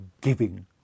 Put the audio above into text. giving